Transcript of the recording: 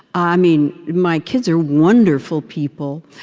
i mean, my kids are wonderful people,